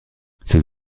ces